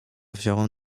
wziąłem